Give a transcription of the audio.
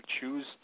choose